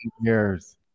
years